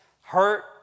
hurt